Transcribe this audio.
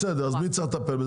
בסדר, אז מי צריך לטפל בזה?